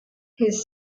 his